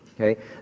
Okay